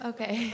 Okay